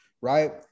right